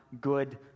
good